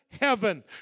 heaven